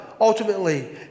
ultimately